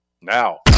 now